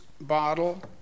bottle